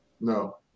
No